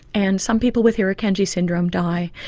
and some people with irukandji syndrome die,